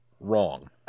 wrong